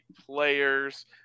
players